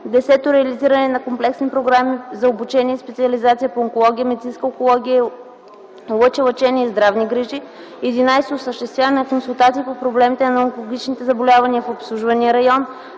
10. реализиране на комплексни програми за обучение и специализация по онкология, медицинска онкология и лъчелечение и здравни грижи; 11. осъществяване на консултации по проблемите на онкологичните заболявания в обслужвания район;